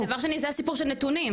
ודבר שני, זה הסיפור של נתונים.